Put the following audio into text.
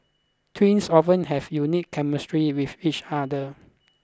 twins often have unique chemistry with each other